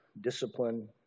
discipline